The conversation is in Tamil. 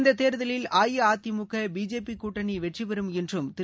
இந்த தேர்தலில் அஇஅதிமுக பிஜேபி கூட்டணி வெற்றி பெறும் என்றும் திரு